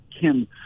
Kim